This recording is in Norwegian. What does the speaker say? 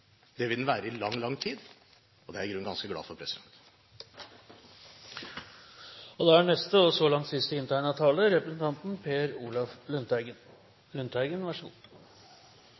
Det vil den være i lang, lang tid, og det er jeg i grunnen ganske glad for. Representanten Tetzschner var inne på at det vi drøfter, er